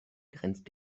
grenzt